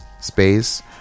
space